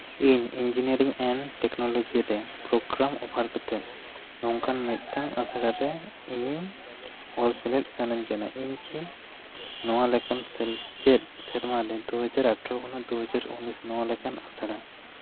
ᱤᱧ engineering and technology ᱨᱮ programme offer ᱠᱟᱛᱮᱫ ᱱᱚᱝᱠᱟᱱ ᱢᱤᱫᱴᱮᱱ ᱟᱥᱲᱟᱨᱮ ᱤᱧ ᱤᱧ ᱚᱞ ᱥᱮᱞᱮᱫ ᱥᱟᱱᱟᱹᱧ ᱠᱟᱱᱟ ᱤᱧ ᱠᱤ ᱱᱚᱣᱟ ᱞᱮᱠᱟᱱ ᱥᱮᱞᱪᱮᱫ ᱥᱮᱨᱢᱟ ᱨᱮ ᱫᱩᱦᱟᱡᱨ ᱟᱴᱷᱟᱨᱚ ᱠᱷᱚᱱᱟᱜ ᱫᱩᱡᱟᱨ ᱩᱱᱤᱥ ᱱᱚᱣᱟ ᱞᱮᱠᱟᱱ ᱟᱥᱲᱟ